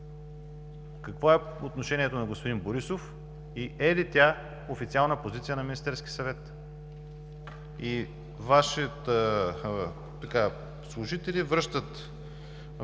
какво е отношението на господин Борисов и е ли тя официална позиция на Министерския съвет? Вашите служители връщат